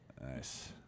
Nice